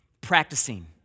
Practicing